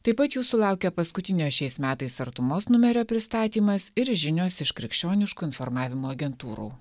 taip pat jūsų laukia paskutinio šiais metais artumos numerio pristatymas ir žinios iš krikščioniškų informavimo agentūrų